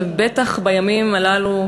בטח בימים הללו,